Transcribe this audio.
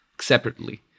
separately